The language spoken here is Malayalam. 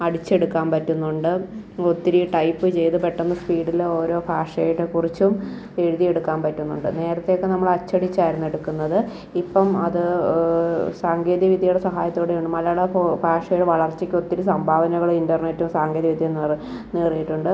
അടിച്ചെടുക്കാൻ പറ്റുന്നുണ്ട് ഒത്തിരി ടൈപ്പ് ചെയ്ത് പെട്ടെന്ന് സ്പീഡിൽ ഓരോ ഭാഷയുടെ കുറിച്ചും എഴുതിയെടുക്കാൻ പറ്റുന്നുണ്ട് നേരത്തെയൊക്കെ നമ്മൾ അച്ചടിച്ചായിരുന്നു എടുക്കുന്നത് ഇപ്പം അത് സാങ്കേതികവിദ്യയുടെ സഹായത്തോടെയാണ് മലയാള ഭാഷയുടെ വളർച്ചക്ക് ഒത്തിരി സംഭാവനകൾ ഇൻ്റർനെറ്റും സാങ്കേതിക വിദ്യ എന്നുള്ളത് നേടിയിട്ടുണ്ട്